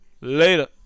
Later